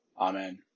Amen